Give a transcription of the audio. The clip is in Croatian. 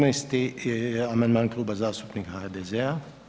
14. amandman Kluba zastupnika HDZ-a.